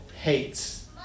hates